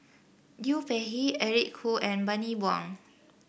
Liu Peihe Eric Khoo and Bani Buang